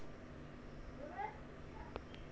হামরা কি দোয়াস মাতিট করলা চাষ করি ভালো ফলন পামু?